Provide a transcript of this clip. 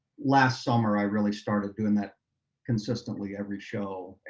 last summer, i really started doing that consistently every show.